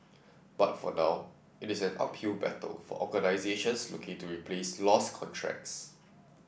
but for now it is an uphill battle for organisations looking to replace lost contracts